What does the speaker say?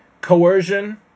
coercion